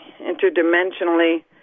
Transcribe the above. interdimensionally